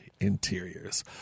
Interiors